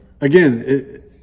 Again